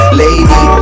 lady